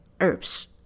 herbs